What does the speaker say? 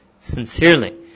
sincerely